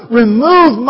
remove